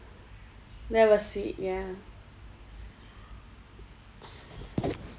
that was sweet ya